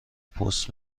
پست